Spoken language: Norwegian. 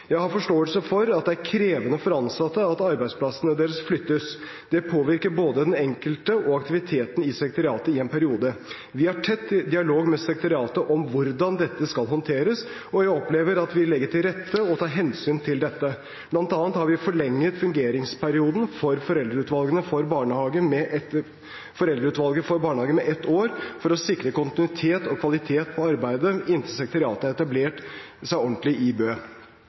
Jeg har forståelse for at det er krevende for ansatte at arbeidsplassene deres flyttes. Det påvirker både den enkelte og aktiviteten i sekretariatet i en periode. Vi har tett dialog med sekretariatet om hvordan dette skal håndteres, og jeg opplever at vi legger til rette og tar hensyn til dette. Blant annet har vi forlenget fungeringsperioden for Foreldreutvalget for barnehager med ett år for å sikre kontinuitet og kvalitet på arbeidet inntil sekretariatet har etablert seg ordentlig i Bø.